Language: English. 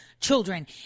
children